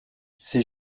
ces